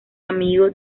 amigo